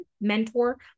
mentor